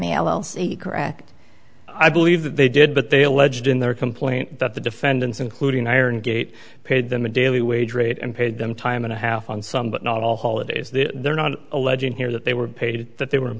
elsie correct i believe that they did but they alleged in their complaint that the defendants including iron gate paid them a daily wage rate and paid them time and a half on some but not all holidays that they're not alleging here that they were paid that they were